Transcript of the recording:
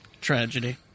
Tragedy